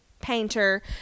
painter